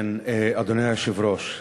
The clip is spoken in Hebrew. אדוני היושב-ראש,